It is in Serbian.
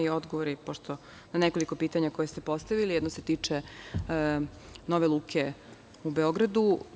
Odgovori na nekoliko pitanja koja ste postavili, jedno se tiče nove luke u Beogradu.